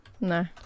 No